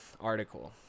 article